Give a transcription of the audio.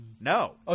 no